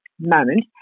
moment